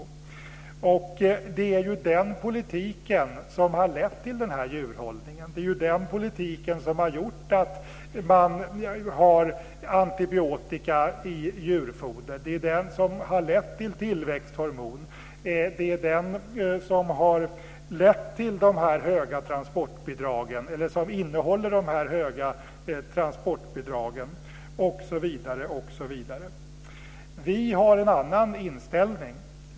Det är ju den politiken som har lett till denna djurhållning. Det är den politiken som har gjort att man har antibiotika i djurfoder. Det är den som har lett till tillväxthormoner. Det är den som har lett till, eller som innehåller, de här höga transportbidragen osv. Vi har en annan inställning.